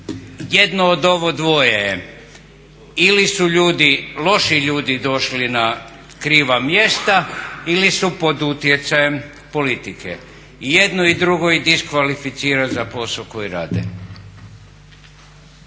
Jedno od ovo dvoje je ili su ljudi, loši ljudi došli na kriva mjesta ili su pod utjecajem politike. I jedno i drugo ih diskvalificira za posao koji rade.